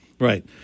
Right